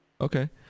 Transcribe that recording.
Okay